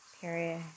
Period